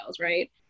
right